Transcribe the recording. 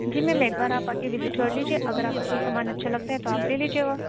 جی ma'am ایک بار آپ آ کے وزٹ کر لیجیے اگر آپ کو کوئی سامان اچھا لگتا ہے تو آپ لے لیجیے گا